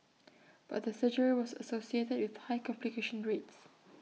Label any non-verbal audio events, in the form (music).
(noise) but the surgery was associated with high complication rates